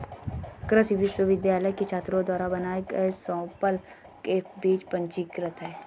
कृषि विश्वविद्यालय के छात्रों द्वारा बनाए गए सैंपल के बीज पंजीकृत हैं